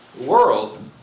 world